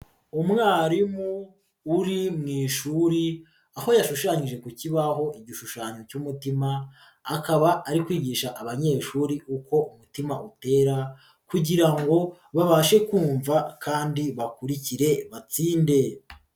Umwarimu uri mu ishuri aho yashushanyije ku kibaho igishushanyo cy'umutima akaba ari kwigisha abanyeshuri uko umutima utera kugira ngo babashe kumva kandi bakurikire batsinde.